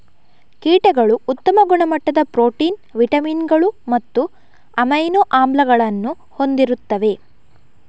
ಕೀಟಗಳು ಉತ್ತಮ ಗುಣಮಟ್ಟದ ಪ್ರೋಟೀನ್, ವಿಟಮಿನುಗಳು ಮತ್ತು ಅಮೈನೋ ಆಮ್ಲಗಳನ್ನು ಹೊಂದಿರುತ್ತವೆ